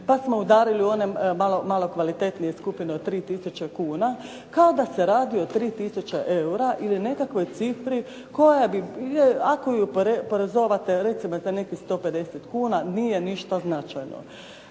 pa smo udarili one malo kvalitetnije skupine od 3 tisuće kuna, kao da se radi o 3 tisuće eura ili nekakvoj cifri koja bi, ako ju porezovate recimo i tih nekih 150 kuna nije ništa značajno.